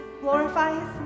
Glorifies